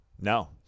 No